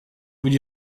would